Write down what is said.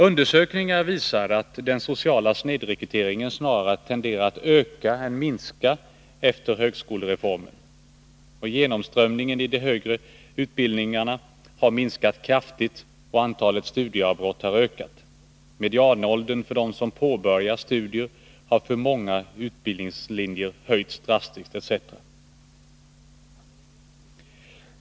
Undersökningar visar att den sociala snedrekryteringen snarare tenderar att öka än att minska efter högskolereformen. Genomströmningen i den högre utbildningen har minskat kraftigt och antalet studieavbrott ökat. Medianåldern för dem som påbörjar studier har för många utbildningslinjer höjts drastiskt, etc.